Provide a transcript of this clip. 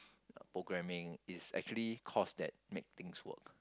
programming is actually course that make things work